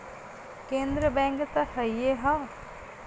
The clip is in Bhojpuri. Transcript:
केन्द्र बैंक त हइए हौ